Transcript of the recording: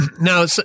Now